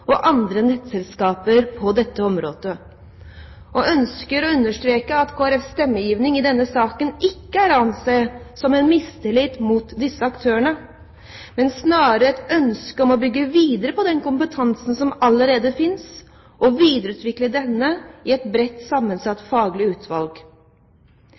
andre nettselskaper på dette området, og ønsker å understreke at Kristelig Folkepartis stemmegivning i denne saken ikke er å anse som en mistillit mot disse aktørene, men snarere som et ønske om å bygge videre på den kompetansen som allerede finnes og videreutvikle denne i et bredt